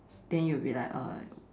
then you'll be like uh